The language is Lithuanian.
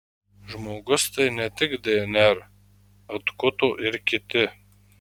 žmogus tai ne tik dnr atkuto ir kiti